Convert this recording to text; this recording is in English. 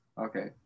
okay